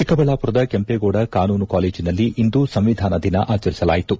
ಚಿಕ್ಕಬಳ್ಳಾಮರದ ಕೆಂಪೇಗೌಡ ಕಾನೂನು ಕಾಲೇಜಿನಲ್ಲಿ ಇಂದು ಸಂವಿಧಾನ ದಿನ ಆಚರಿಸಲಾಯಿತು